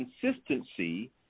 consistency